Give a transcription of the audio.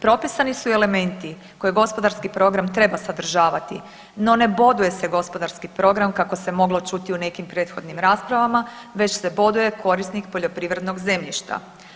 Propisani su elementi koje gospodarski program treba sadržavati no ne boduje se gospodarski program kako se moglo čuti u nekim prethodnim raspravama već se boduje korisnik poljoprivrednog zemljišta.